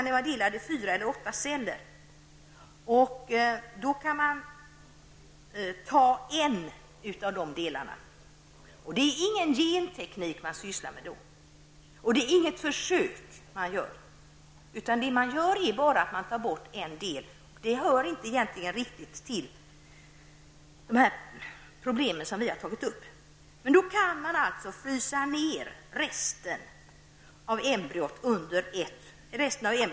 Det är då inte genteknik man sysslar med, och man gör inte heller något försök. Vad man gör är bara att man tar bort en del, och detta hör egentligen inte till de problem som vi nu behandlar. Man kan frysa ned resten av embryona under ett dygn.